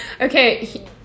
Okay